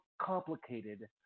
complicated